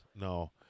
No